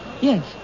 Yes